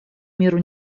миру